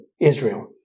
Israel